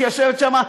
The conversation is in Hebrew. שיושבת שם,